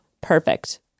perfect